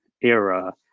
era